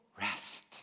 rest